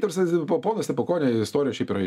ta prasme po pono stepukonio istorijos šiaip yra